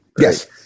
Yes